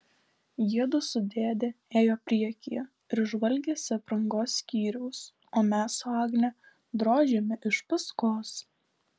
jiedu su dėde ėjo priekyje ir žvalgėsi aprangos skyriaus o mes su agne drožėme iš paskos